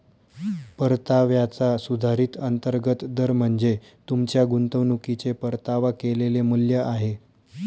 परताव्याचा सुधारित अंतर्गत दर म्हणजे तुमच्या गुंतवणुकीचे परतावा केलेले मूल्य आहे